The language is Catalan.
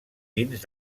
dins